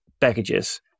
packages